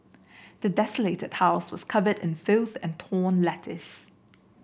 the desolated house was covered in filth and torn